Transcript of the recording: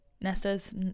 nesta's